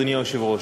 אדוני היושב-ראש.